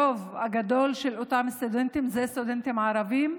הרוב הגדול מאותם סטודנטים הם ערבים,